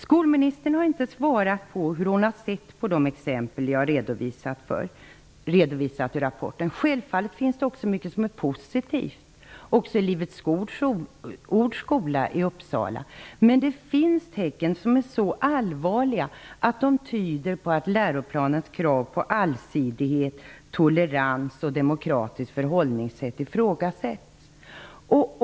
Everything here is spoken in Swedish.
Skolministern har inte svarat på hur hon ser på de exempel jag har redovisat ur rapporten. Självfallet finns det också mycket som är positivt i Livets Ords skola i Uppsala. Men det finns allvarliga tecken som tyder på att läroplanens krav på allsidighet, tolerans och ett demokratiskt förhållningssätt ifrågasätts.